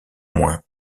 moins